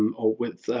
um or with,